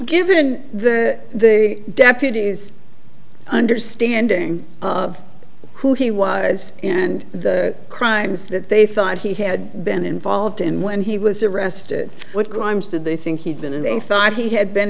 given the deputy's understanding of who he was and the crimes that they thought he had been involved in when he was arrested what crimes did they think he'd been in they thought he had been